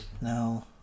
No